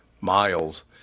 miles